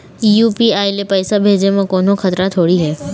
UPI ले पैसे भेजे म कोन्हो खतरा थोड़ी हे?